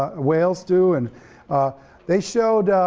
ah whales too, and they showed,